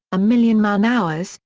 a million man-hours,